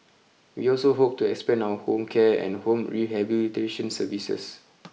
we also hope to expand our home care and home rehabilitation services